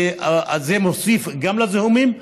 וזה מוסיף גם לזיהומים.